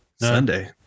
Sunday